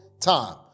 time